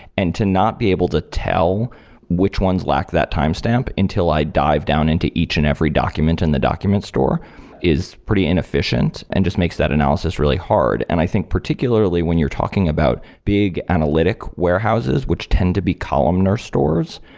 and to not be able to tell which ones lack that timestamp until i dive down into each and every document in the document store is pretty inefficient and just makes that analysis really hard and i think, particularly when you're talking about big, analytic warehouses, which tend to be columnar stores,